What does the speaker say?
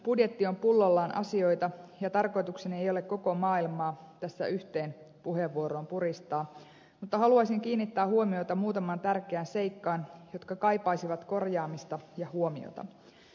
budjetti on pullollaan asioita ja tarkoitukseni ei ole koko maailmaa tässä yhteen puheenvuoroon puristaa mutta haluaisin kiinnittää huomiota muutamaan tärkeään seikkaan jotka kaipaisivat korjaamista ja huomiota